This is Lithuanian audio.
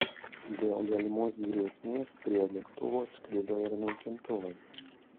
dėl galimos grėsmės prie lėktuvo atskrido ir naikintuvai